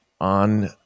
on